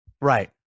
Right